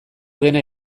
dena